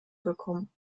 bekommen